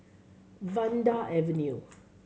Vanda Avenue